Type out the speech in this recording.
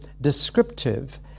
descriptive